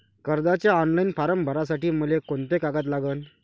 कर्जाचे online form भरासाठी मले कोंते कागद लागन?